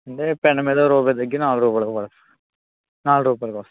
అంటే పెన్ మీద ఓ రూపాయి తగ్గి నాలుగు రూపాయలు పడుతుంది నాలుగు రూపాయలకు వస్తుంది